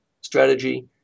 strategy